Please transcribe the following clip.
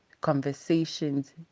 conversations